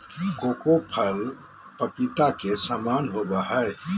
cocoa फल पपीता के समान होबय हइ